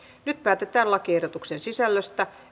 nyt päätetään lakiehdotuksen sisällöstä